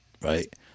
right